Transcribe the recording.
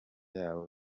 y’abo